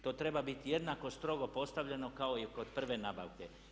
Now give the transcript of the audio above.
To treba biti jednako strogo postavljeno kao i kod prve nabavke.